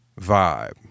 vibe